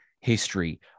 history